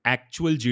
Actual